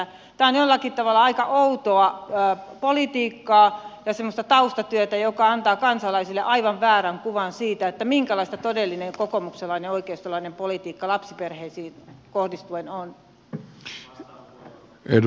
tämä on jollakin tavalla aika outoa politiikkaa ja semmoista taustatyötä joka antaa kansalaisille aivan väärän kuvan siitä minkälaista todellinen kokoomuslainen oikeistolainen politiikka lapsiperheisiin kohdistuen on